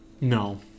No